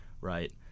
right